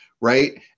right